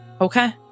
Okay